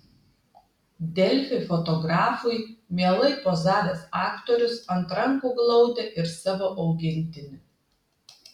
delfi fotografui mielai pozavęs aktorius ant rankų glaudė ir savo augintinį